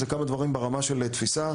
זה כמה דברים ברמה של התפיסה,